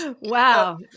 Wow